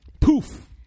Poof